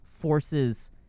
forces